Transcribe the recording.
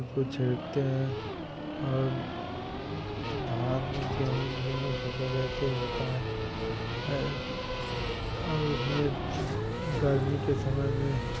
उसको छिड़कते हैं और धान गेहूँ दोनों फ़सल ऐसे होती है और उसमें गरमी के समय में